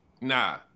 nah